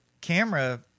camera